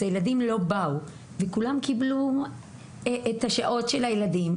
אז הילדים לא באו וכולם קיבלו את השעות של הילדים.